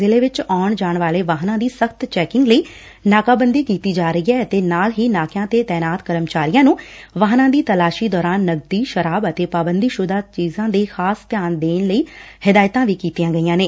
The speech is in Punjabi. ਜ਼ਿਲ੍ਹੇ ਵਿੱਚ ਆਉਣ ਜਾਣ ਵਾਲੇ ਵਾਹਨਾਂ ਦੀ ਸਖਤ ਚੈਕਿੰਗ ਲਈ ਨਾਕਾਬੰਦੀ ਕੀਤੀ ਜਾ ਰਹੀ ਏ ਅਤੇ ਨਾਲ ਹੀ ਨਾਕਿਆਂ ਤੇ ਤਾਇਨਾਤ ਕਰਮਚਾਰੀਆਂ ਨੂੰ ਵਾਹਨਾਂ ਦੀ ਤਲਾਸੀ ਦੌਰਾਨ ਨਗਦੀ ਸ਼ਰਾਬ ਅਤੇ ਪਾਬੰਦੀਸੁਦਾ ਚੀਜ਼ਾਂ ਤੇ ਖਾਸ ਧਿਆਨ ਦੇਣ ਲਈ ਹਦਾਇਤਾਂ ਕੀਤੀਆਂ ਗਈਆਂ ਨੇ